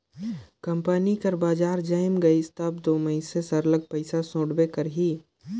company कर बजार जइम गइस तब दो मइनसे सरलग पइसा सोंटबे करही